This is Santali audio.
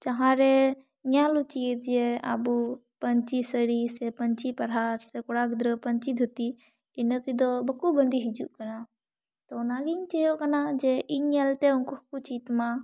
ᱡᱟᱦᱟᱸᱨᱮ ᱧᱮᱞ ᱩᱪᱤᱛ ᱡᱮ ᱟᱵᱩ ᱯᱟᱹᱧᱪᱤ ᱥᱟᱹᱲᱤ ᱥᱮ ᱯᱟᱹᱱᱪᱤ ᱯᱟᱲᱦᱟᱴ ᱥᱮ ᱠᱩᱲᱟ ᱜᱤᱫᱽᱨᱟᱹ ᱯᱟᱹᱱᱪᱤ ᱫᱷᱩᱛᱤ ᱤᱱᱟᱹ ᱛᱮᱫᱚ ᱵᱟᱠᱩ ᱵᱟᱸᱫᱤ ᱦᱤᱡᱩᱜ ᱠᱟᱱᱟ ᱛᱳ ᱚᱱᱟᱜᱤᱧ ᱪᱟᱹᱭᱚᱜ ᱠᱟᱱᱟ ᱡᱮ ᱤᱧ ᱧᱮᱞ ᱛᱮ ᱩᱱᱠᱩ ᱦᱚᱸᱠᱩ ᱪᱮᱫ ᱢᱟ